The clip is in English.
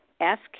Ask